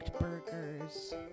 burgers